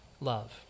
love